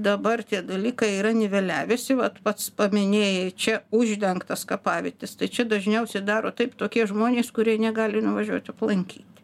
dabar tie dalykai yra niveliavęsi vat pats paminėjai čia uždengtas kapavietes tai čia dažniausiai daro taip tokie žmonės kurie negali nuvažiuot aplankyt